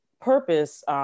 purpose